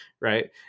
right